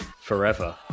forever